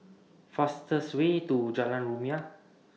fastest Way to Jalan Rumia